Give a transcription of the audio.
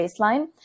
baseline